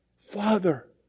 Father